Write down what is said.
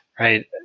Right